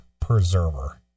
Preserver